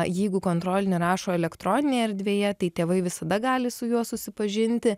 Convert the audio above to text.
jeigu kontrolinį rašo elektroninėje erdvėje tai tėvai visada gali su juo susipažinti